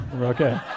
Okay